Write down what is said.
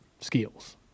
skills